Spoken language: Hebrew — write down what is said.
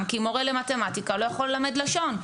כי מורה למתמטיקה לא יכול ללמד לשון,